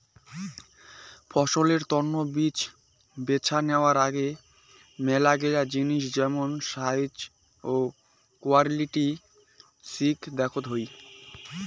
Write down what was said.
ফসলের তন্ন বীজ বেছে নেওয়ার আগে মেলাগিলা জিনিস যেমন সাইজ, কোয়ালিটি সৌগ দেখত হই